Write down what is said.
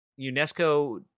UNESCO